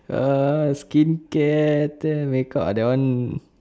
uh skincare then makeup uh that one